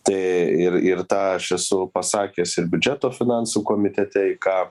tai ir ir tą aš esu pasakęs ir biudžeto finansų komitete į ką